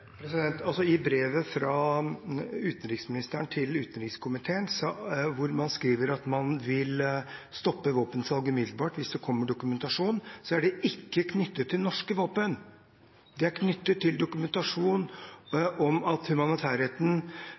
I brevet fra utenriksministeren til utenrikskomiteen, hvor man skriver at man vil stoppe våpensalget umiddelbart hvis det kommer dokumentasjon, er det ikke knyttet til norske våpen. Det er knyttet til dokumentasjon av at humanitærretten